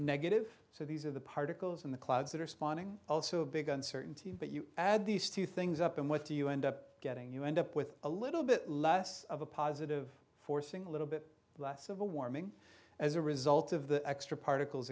negative so these are the particles in the clouds that are spawning also a big uncertainty but you add these two things up and what do you end up getting you end up with a little bit less of a positive forcing a little bit less of a warming as a result of the extra particles